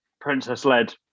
princess-led